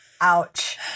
Ouch